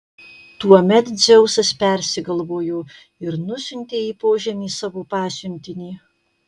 tuomet dzeusas persigalvojo ir nusiuntė į požemį savo pasiuntinį